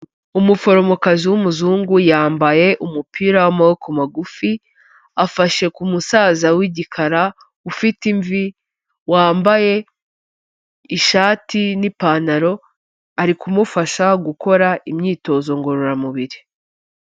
Umuforomokazi w'umuzungu yambaye umupira w'amaboko magufi, afashe ku musaza w'igikara ufite imvi, wambaye ishati n'ipantaro, ari kumufasha gukora imyitozo ngororamubiri.